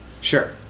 Sure